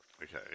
Okay